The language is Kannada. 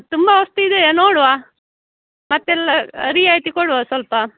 ಆ ತುಂಬ ವಸ್ತು ಇದೆ ನೋಡುವ ಮತ್ತೆಲ್ಲ ರಿಯಾಯಿತಿ ಕೊಡುವ ಸ್ವಲ್ಪ